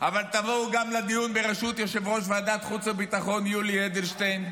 אבל תבואו גם לדיון בראשות יושב-ראש ועדת חוץ וביטחון יולי אדלשטיין,